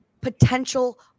potential